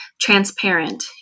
transparent